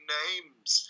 names